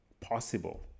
possible